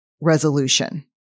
resolution